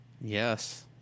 yes